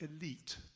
elite